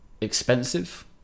expensive